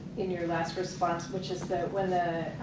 in your last response which is that when the, ah,